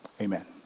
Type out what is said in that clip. Amen